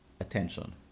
attention